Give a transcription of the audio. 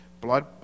Blood